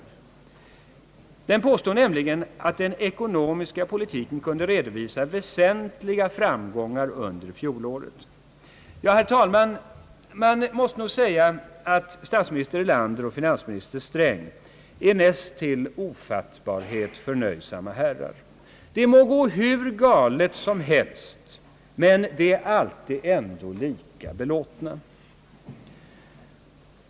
Regeringen påstår nämligen, att den ekonomiska politiken kunde redovisa »väsentliga framgångar under fjolåret». Man måste nog säga, att statsminister Erlander och finansminister Sträng är näst intill ofattbarhet förnöjsamma herrar. Det må gå hur galet som helst; de är ändå alltid lika belåtna.